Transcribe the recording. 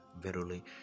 verily